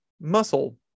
muscle